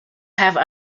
have